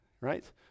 Right